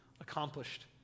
accomplished